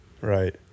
Right